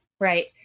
right